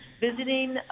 visiting